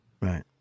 right